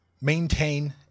maintain